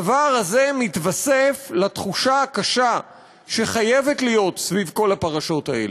הדבר הזה מתווסף לתחושה הקשה שחייבת להיות סביב כל הפרשות האלה.